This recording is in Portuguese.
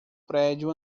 prédio